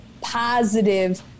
positive